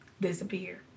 disappear